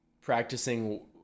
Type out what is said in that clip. Practicing